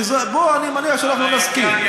ופה אני מניח שאנחנו נסכים.